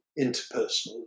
interpersonal